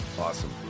Awesome